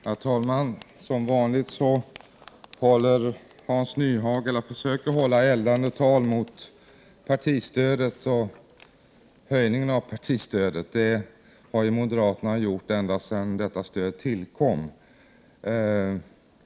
Herr talman! Som vanligt försöker Hans Nyhage hålla eldande tal mot partistödet och mot höjningen av detta. Det har moderaterna gjort ända sedan det stödet tillkom.